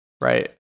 Right